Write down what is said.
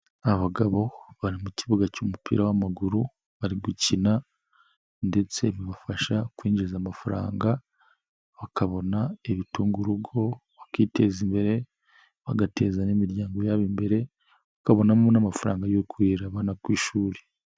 Abagabo bari mu kibuga cy'umupira w'amaguru, bari gukina ndetse bibafasha kwinjiza amafaranga, bakabona ibitunga urugo, bakiteza imbere, bagatezanya imiryango yabo imbere, bakabonamo n'amafaranga yo kurihira abana ku ishuri.